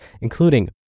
including